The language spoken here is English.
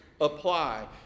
apply